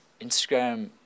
Instagram